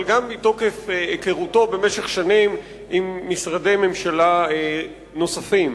אבל מתוקף היכרותו במשך שנים עם משרדי ממשלה נוספים.